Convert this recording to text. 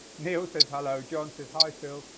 neil says, hello. john says, hi phil,